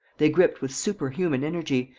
they gripped with superhuman energy,